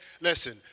listen